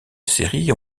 série